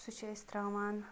سُہ چھِ أسۍ تراوان